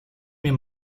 mir